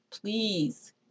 please